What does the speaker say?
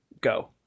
go